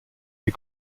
des